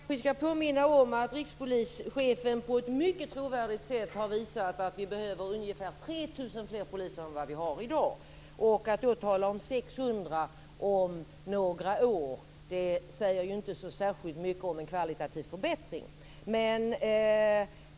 Fru talman! Först kanske vi ska påminna om att rikspolischefen på ett mycket trovärdigt sätt har visat att vi behöver ungefär 3 000 fler poliser än vi har i dag. Att då tala om 600 om några år säger inte särskilt mycket om någon kvalitativ förbättring.